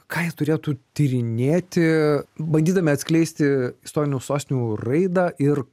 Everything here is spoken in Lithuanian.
ką jie turėtų tyrinėti bandydami atskleisti istorinių sostinių raidą ir